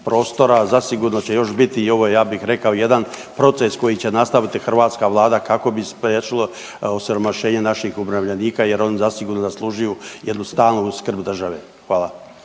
prostora. Zasigurno će još biti i ovo je ja bih rekao jedan proces koji će nastaviti hrvatska vlada kako bi se spriječilo osiromašenje naših umirovljenika jer oni zasigurno zaslužuju jednu stalnu skrb države. Hvala.